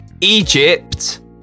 Egypt